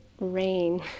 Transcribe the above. RAIN